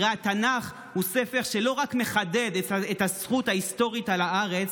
הרי התנ"ך הוא ספר שלא רק מחדד את הזכות ההיסטורית על הארץ,